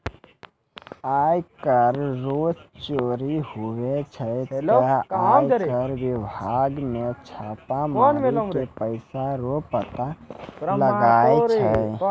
आय कर रो चोरी हुवै छै ते आय कर बिभाग मे छापा मारी के पैसा रो पता लगाय छै